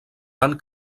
van